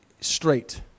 straight